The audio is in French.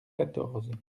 quatorze